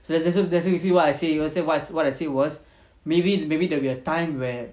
so there's ya so that's basically what I say it was that what what I say was maybe maybe there will be a time where